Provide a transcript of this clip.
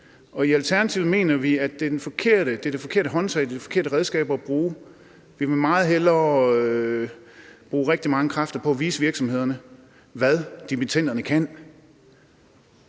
i. I Alternativet mener vi, at det er det forkerte håndtag, det er det forkerte redskab at bruge. Vi vil meget hellere bruge rigtig mange kræfter på at vise virksomhederne, hvad dimittenderne kan.